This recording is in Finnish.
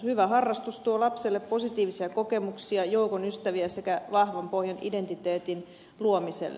hyvä harrastus tuo lapselle positiivisia kokemuksia joukon ystäviä sekä vahvan pohjan identiteetin luomiselle